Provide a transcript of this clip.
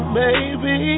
baby